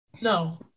no